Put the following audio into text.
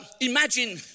imagine